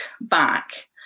back